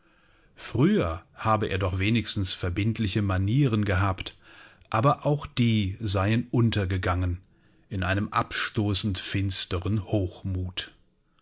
früher habe er doch wenigstens verbindliche manieren gehabt aber auch die seien untergegangen in einem abstoßend finsteren hochmut